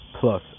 plus